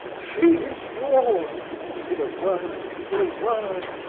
she is yours in a word, in a word